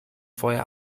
vorher